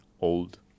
old